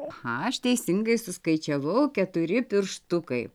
aha aš teisingai suskaičiavau keturi pirštukai